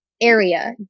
area